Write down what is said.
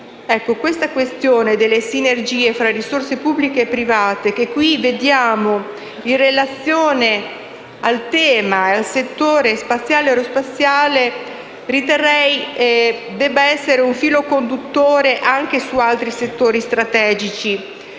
La questione delle sinergie fra risorse pubbliche e private, che qui vediamo in relazione al settore spaziale e aerospaziale, riterrei debba essere un filo conduttore anche per quanto riguarda altri settori strategici